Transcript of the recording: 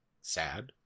sad